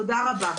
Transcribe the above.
תודה רבה.